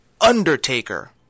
Undertaker